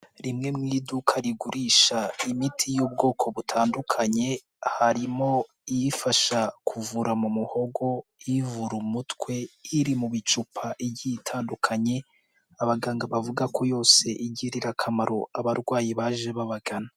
Rimwe mu iduka rigurisha imiti y'ubwoko butandukanye, harimo ifasha kuvura mu muhogo, ivura umutwe, iri mu ibicupa igiye itandukanye, abaganga bavuga ko yose igirira akamaro abarwayi baje babagana.